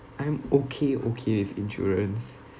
I'm okay okay with insurance